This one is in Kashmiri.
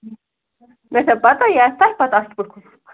مےٚ چھا پَتہٕ یہِ آسہِ تۄہہِ پَتہٕ اَتھ کھوٚتمُت